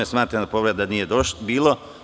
Smatram da povrede nije bilo.